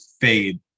fade